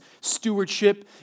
stewardship